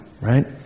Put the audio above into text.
Right